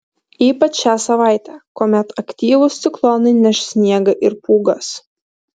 ypač šią savaitę kuomet aktyvūs ciklonai neš sniegą ir pūgas